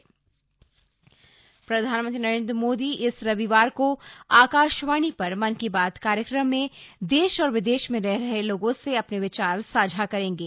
मन की बात प्रधानमंत्री नरेन्द्र मोदी इस रविवार को आकाशवाणी पर मन की बात कार्यक्रम में देश और विदेश में रह रहे लोगों से अपने विचार साझा करेंगे